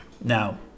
now